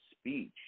speech